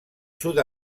sud